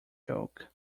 joke